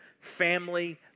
family